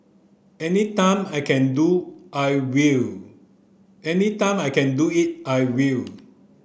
any time I can do I will any time I can do it I will